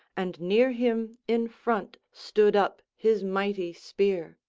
and near him in front stood up his mighty spear.